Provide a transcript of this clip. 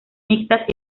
mixtas